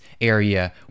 area